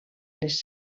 les